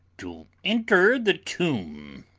to enter the tomb!